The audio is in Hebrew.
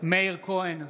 מאיר כהן,